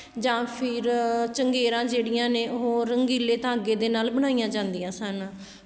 ਜਾਂ ਫਿਰ ਚੰਗੇਰਾਂ ਜਿਹੜੀਆਂ ਨੇ ਓਹ ਰੰਗੀਲੇ ਧਾਗੇ ਦੇ ਨਾਲ ਬਣਾਈਆਂ ਜਾਂਦੀਆਂ ਸਨ